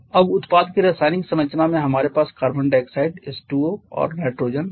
अब उत्पाद की रासायनिक संरचना में हमारे पास कार्बन डाइऑक्साइड H2O और नाइट्रोजन है